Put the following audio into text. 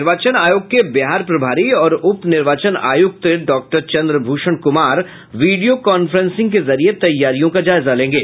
निर्वाचन आयोग के बिहार प्रभारी और उप निर्वाचन आयुक्त doctor Chandrabhushan Kumar video conferencing के जरिये तैयारियों का जायजा लेंगे